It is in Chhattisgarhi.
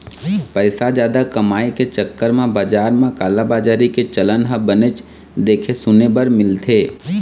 पइसा जादा कमाए के चक्कर म बजार म कालाबजारी के चलन ह बनेच देखे सुने बर मिलथे